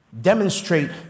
demonstrate